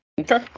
Okay